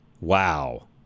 Wow